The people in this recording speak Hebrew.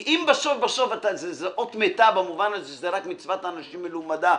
כי אם בסוף זו אות מתה במובן הזה שזו רק מצוות אנשים מלומדה,